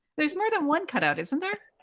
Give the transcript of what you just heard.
there's more than one cutout, isn't there?